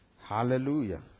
hallelujah